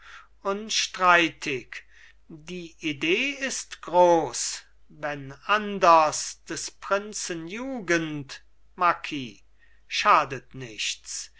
unstreitig die idee ist groß wenn anders des prinzen jugend marquis schadet nichts